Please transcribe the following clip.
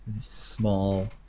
small